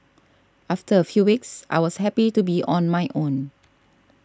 after a few weeks I was happy to be on my own